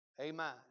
Amen